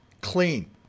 Clean